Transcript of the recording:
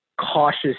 cautious